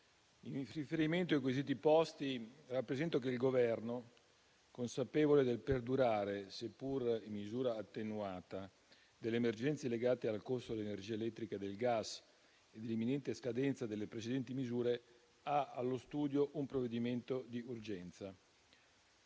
con riferimento ai quesiti posti rappresento che il Governo, consapevole del perdurare, seppur in misura attenuata, delle emergenze legate al costo dell'energia elettrica e del gas e dell'imminente scadenza delle precedenti misure, ha allo studio un provvedimento d'urgenza.